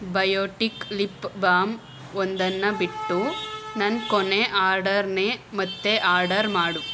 Biotique lip balm ಒಂದನ್ನು ಬಿಟ್ಟು ನನ್ನ ಕೊನೆಯ ಆರ್ಡರ್ನೇ ಮತ್ತೆ ಆರ್ಡರ್ ಮಾಡು